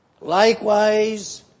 Likewise